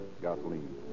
gasoline